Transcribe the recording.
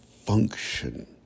function